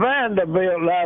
Vanderbilt